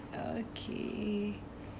okay